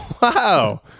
Wow